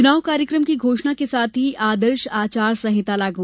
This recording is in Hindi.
च्रनाव कार्यक्रम की घोषणा के साथ ही आदर्श आचार संहिता लागू